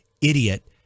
idiot